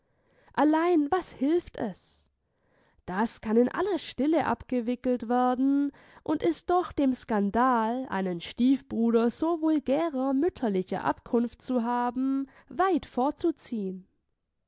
allein was hilft es das kann in aller stille abgewickelt werden und ist doch dem skandal einen stiefbruder so vulgärer mütterlicher abkunft zu haben weit vorzuziehen